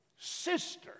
Sister